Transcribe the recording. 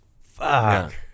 Fuck